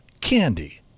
candy